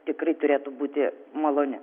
tikrai turėtų būti maloni